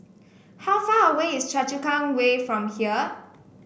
how far away is Choa Chu Kang Way from here